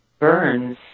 Burns